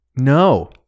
No